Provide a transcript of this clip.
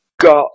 got